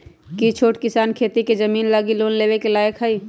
कि छोट किसान खेती के जमीन लागी लोन लेवे के लायक हई?